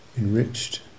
enriched